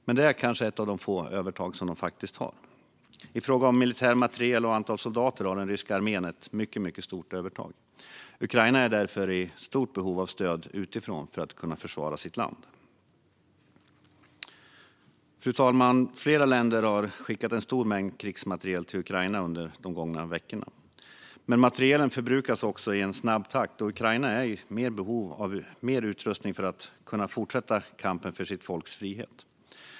Men det kanske är ett av få övertag de faktiskt har. I fråga om militär materiel och antal soldater har den ryska armén ett mycket stort övertag. Ukraina är därför i stort behov av stöd utifrån för att kunna försvara sitt land. Fru talman! Flera länder har skickat en stor mängd krigsmateriel till Ukraina under de gångna veckorna. Men materielen förbrukas i en snabb takt, och Ukraina är i behov av mer utrustning för att kunna fortsätta kampen för sitt folks frihet.